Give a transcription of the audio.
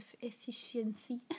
efficiency